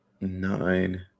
nine